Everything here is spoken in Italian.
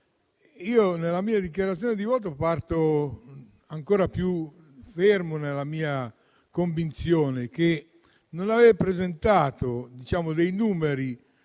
nella mia dichiarazione di voto sarò ancora più fermo nella mia convinzione che il fatto di non aver presentato dei numeri